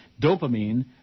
dopamine